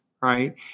right